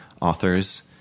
authors